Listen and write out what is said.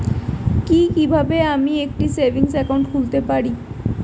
কি কিভাবে আমি একটি সেভিংস একাউন্ট খুলতে পারি?